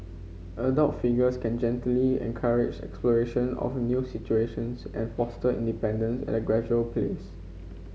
adult figures can gently encourage exploration of new situations and foster independence at a gradual please